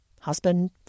husband